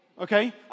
okay